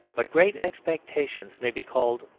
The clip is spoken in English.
but great expectations may be called,